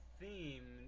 theme